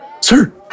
Sir